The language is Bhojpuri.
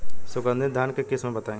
सुगंधित धान के किस्म बताई?